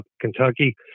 Kentucky